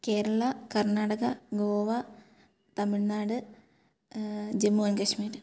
Kerala Karnataka Goa Tamil Nadu Jammu and Kashmir